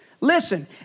Listen